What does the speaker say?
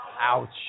Ouch